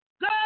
Go